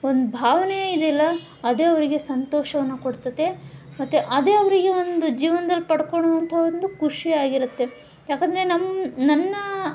ಒಂದು ಭಾವನೆ ಇದೆಯಲ್ಲ ಅದೇ ಅವರಿಗೆ ಸಂತೋಷವನ್ನು ಕೊಡ್ತದೆ ಮತ್ತು ಅದೇ ಅವರಿಗೆ ಒಂದು ಜೀವನ್ದಲ್ಲಿ ಪಡ್ಕೊಳೋವಂಥ ಒಂದು ಖುಷಿ ಆಗಿರುತ್ತೆ ಯಾಕಂದರೆ ನಮ್ಮ ನನ್ನ